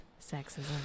sexism